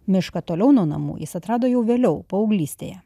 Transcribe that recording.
mišką toliau nuo namų jis atrado jau vėliau paauglystėje